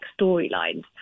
storylines